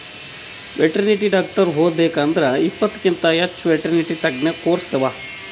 veterinary doctor ಓದಬೇಕ್ ಅಂದ್ರ ಇಪ್ಪತ್ತಕ್ಕಿಂತ್ ಹೆಚ್ಚ್ ವೆಟೆರ್ನಿಟಿ ತಜ್ಞ ಕೋರ್ಸ್ ಅವಾ